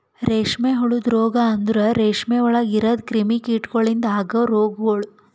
ರೇಷ್ಮೆ ಹುಳದ ರೋಗ ಅಂದುರ್ ರೇಷ್ಮೆ ಒಳಗ್ ಇರದ್ ಕ್ರಿಮಿ ಕೀಟಗೊಳಿಂದ್ ಅಗವ್ ರೋಗಗೊಳ್